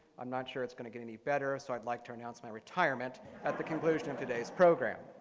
i'm not sure it's going to get any better ah so i'd like to announce my retirement at the conclusion of today's program